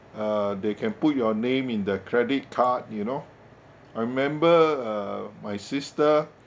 uh they can put your name in the credit card you know I remember uh my sister